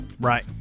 Right